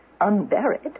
unburied